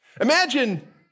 Imagine